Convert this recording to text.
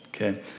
okay